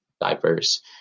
diverse